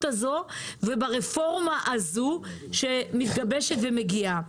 הזאת וברפורמה הזאת שמתגבשת ומגיעה.